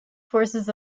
forces